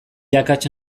akats